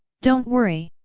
don't worry.